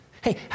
Hey